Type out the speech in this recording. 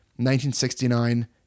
1969